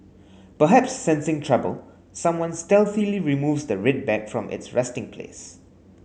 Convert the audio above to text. perhaps sensing trouble someone stealthily removes the red bag from its resting place